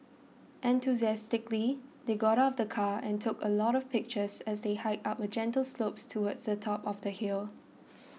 enthusiastically they got out of the car and took a lot of pictures as they hiked up a gentle slope towards the top of the hill